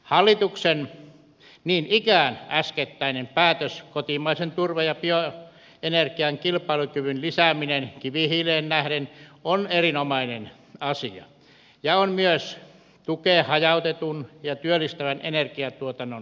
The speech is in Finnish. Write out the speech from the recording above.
hallituksen niin ikään äskettäinen päätös kotimaisen turpeen ja bioenergian kilpailukyvyn lisääminen kivihiileen nähden on erinomainen asia ja myös tukee hajautetun ja työllistävän energiatuotannon lisäämistä